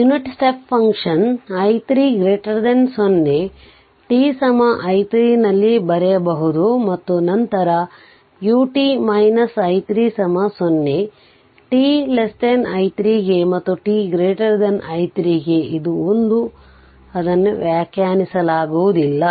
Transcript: unit step function ಅನ್ನು i 3 0 t i 3ನಲ್ಲಿ ಬರೆಯಬಹುದು ಮತ್ತು ನಂತರ ut i 3 0 t i 3 ಗೆ ಮತ್ತು t i 3ಗೆ ಇದು 1 ಅದನ್ನು ವ್ಯಾಖ್ಯಾನಿಸಲಾಗುವುದಿಲ್ಲ